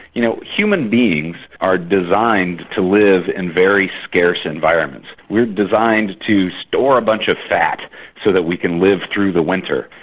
you know human beings are designed to live in and very scarce environments. we are designed to store a bunch of fat so that we can live through the winter.